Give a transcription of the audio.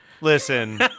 Listen